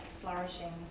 flourishing